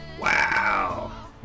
Wow